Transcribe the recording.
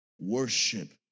Worship